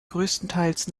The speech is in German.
größtenteils